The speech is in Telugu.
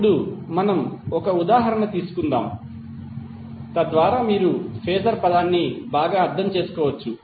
ఇప్పుడు మనం ఒక ఉదాహరణ తీసుకుందాం తద్వారా మీరు ఫేజర్ పదాన్ని బాగా అర్థం చేసుకోవచ్చు